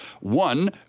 one